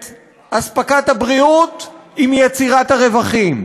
את אספקת הבריאות עם יצירת הרווחים.